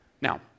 Now